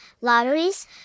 lotteries